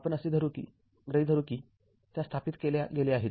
आपण असे गृहीत धरू कि त्या स्थापित केल्या गेल्या आहेत